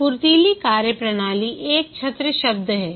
फुर्तली कार्यप्रणाली एक छत्र शब्द है